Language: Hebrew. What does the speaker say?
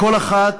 כל אחד